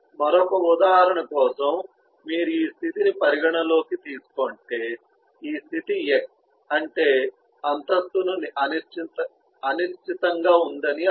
మరొక ఉదాహరణ కోసం మీరు ఈ స్థితిని పరిగణనలోకి తీసుకుంటే ఈ స్థితి x అంటే అంతస్తు అనిశ్చితంగా ఉంది అని అర్ధం